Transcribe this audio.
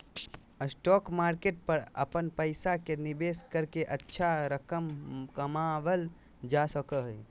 stock market पर अपन पैसा के निवेश करके अच्छा रकम कमावल जा सको हइ